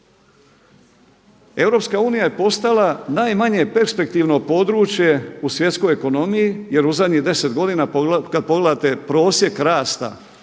Europska unija je postala najmanje perspektivno područje u svjetskoj ekonomiji jer u zadnjih 10 godina kada pogledate prosjek rasta